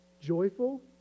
Joyful